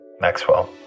Maxwell